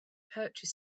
poetry